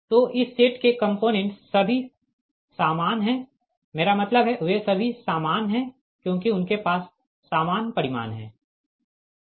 तो इस सेट के कंपोनेंट्स सभी समान है मेरा मतलब है वे सभी सामान है क्योंकि उनके पास सामान परिमाण है